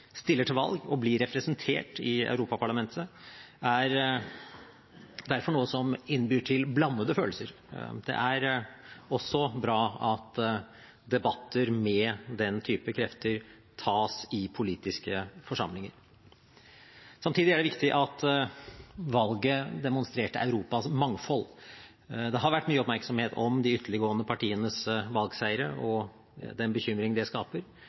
stiller til valg og blir representert i Europaparlamentet, er derfor noe som innbyr til blandede følelser. Det er også bra at debatter med den type krefter tas i politiske forsamlinger. Samtidig er det viktig at valget demonstrerte Europas mangfold. Det har vært mye oppmerksomhet om de ytterliggående partienes valgseiere og den bekymring det skaper.